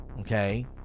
okay